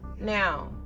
Now